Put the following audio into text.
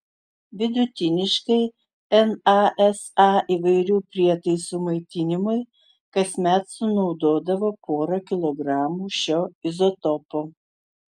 vidutiniškai nasa įvairių prietaisų maitinimui kasmet sunaudodavo porą kilogramų šio izotopo